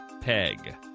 Peg